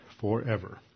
forever